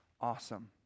Awesome